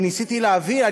אני ניסיתי להבין,